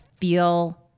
feel